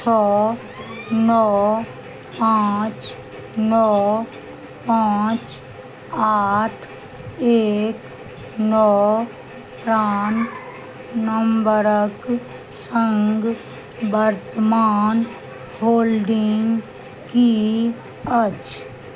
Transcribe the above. छओ नओ पाँच नओ पाँच आठ एक नओ प्राण नंबरक सङ्ग वर्तमान होल्डिंग की अछि